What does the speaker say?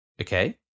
okay